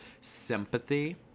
Sympathy